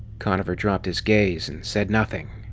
conover dropped his gaze and said nothing.